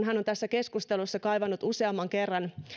hän on tässä keskustelussa kaivannut useamman kerran